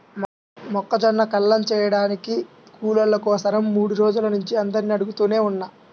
మొక్కజొన్న కల్లం చేయడానికి కూలోళ్ళ కోసరం మూడు రోజుల నుంచి అందరినీ అడుగుతనే ఉన్నా